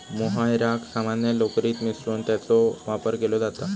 मोहायराक सामान्य लोकरीत मिसळून त्याचो वापर केलो जाता